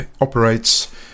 operates